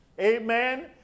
Amen